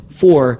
four